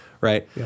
right